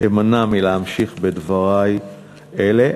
אמנע מלהמשיך בדברי אלה.